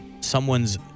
Someone's